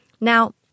Now